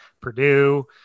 Purdue